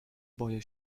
boję